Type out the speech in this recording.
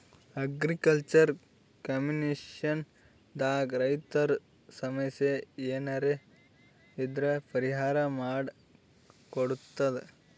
agriculture communication ದಾಗ್ ರೈತರ್ ಸಮಸ್ಯ ಏನರೇ ಇದ್ರ್ ಪರಿಹಾರ್ ಮಾಡ್ ಕೊಡ್ತದ್